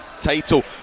title